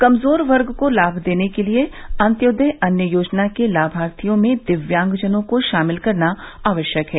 कमजोर वर्ग को लाभ देनेके लिए अन्त्योदय अन्न योजना के लाभार्थियों में दिव्यांगजनों को शामिल करना आवश्यक है